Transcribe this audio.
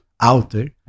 outer